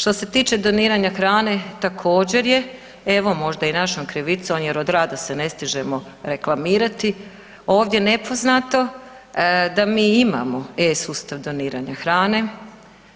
Što se tiče doniranja hrane, također je evo možda i našom krivicom jer od rada se ne stižemo reklamirati, ovdje nepoznato da mi imamo e-sustav doniranja hrane,